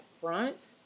front